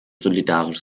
solidarisch